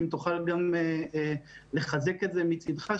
אם תוכל גם לחזק את זה מצדך,